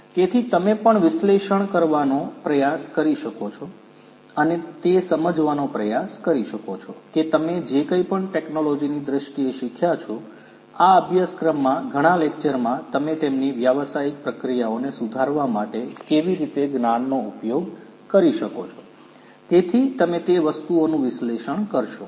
તેથી તમે પણ વિશ્લેષણ કરવાનો પ્રયાસ કરી શકો છો અને તે સમજવાનો પ્રયાસ કરી શકો છો કે તમે જે કંઈપણ ટેકનોલોજીની દ્રષ્ટિએ શીખ્યા છો આ અભ્યાસક્રમમાં ઘણા લેકચરમાં તમે તેમની વ્યવસાયિક પ્રક્રિયાઓને સુધારવા માટે કેવી રીતે જ્ઞાનનો ઉપયોગ કરી શકો છો તેથી તમે તે વસ્તુઓનું વિશ્લેષણ કરશો